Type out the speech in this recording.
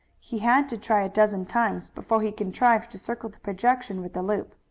he had to try a dozen times before he contrived to circle the projection with the loop.